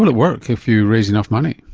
will it work if you raise enough money?